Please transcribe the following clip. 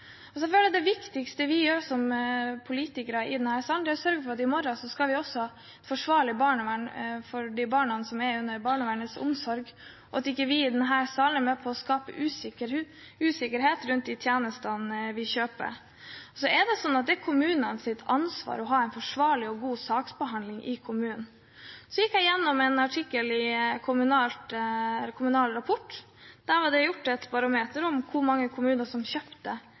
Det viktigste vi gjør som politikere i denne salen, er å sørge for at vi også i morgen har et forsvarlig barnevern for de barna som er i barnevernets omsorg, og at vi i denne salen ikke er med og skaper usikkerhet rundt de tjenestene vi kjøper. Det er kommunenes ansvar å ha en forsvarlig og god saksbehandling i kommunene. Jeg gikk igjennom en artikkel i Kommunal Rapport. Der var det et barometer over hvilke kommuner som kjøpte flest saksbehandlingstjenester fra private tilbydere. Det